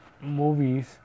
movies